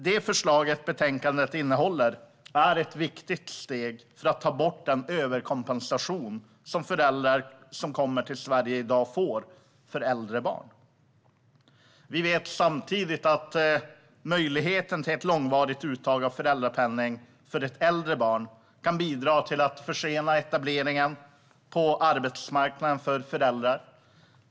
Det förslag som betänkandet innehåller är ett viktigt steg för att ta bort den överkompensation som föräldrar som kommer till Sverige i dag får för äldre barn. Vi vet samtidigt att möjligheten till ett långvarigt uttag av föräldrapenning för ett äldre barn kan bidra till att försena etableringen på arbetsmarknaden för föräldrar.